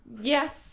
Yes